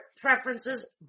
preferences